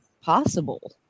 possible